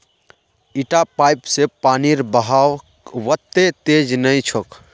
इटा पाइप स पानीर बहाव वत्ते तेज नइ छोक